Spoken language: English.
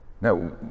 Now